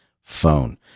phone